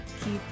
keep